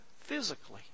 physically